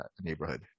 neighborhood